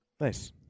Nice